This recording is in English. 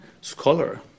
scholar